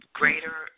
greater